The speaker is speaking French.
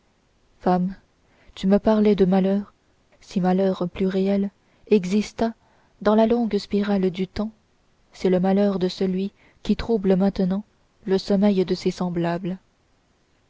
femme tu me parlais de malheur si malheur plus réel exista dans la longue spirale du temps c'est le malheur de celui qui trouble maintenant le sommeil de ses semblables